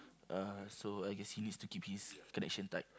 uh so I guess you needs to keep his connection tight